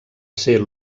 ser